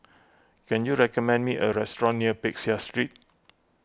can you recommend me a restaurant near Peck Seah Street